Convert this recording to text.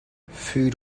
food